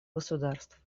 государств